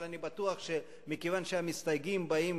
אבל אני בטוח שמכיוון שהמסתייגים באים